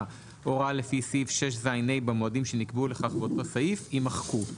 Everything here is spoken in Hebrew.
או הוראה לפי סעיף 6ז(ה) במועדים שנקבעו לכך באותו סעיף" יימחקו.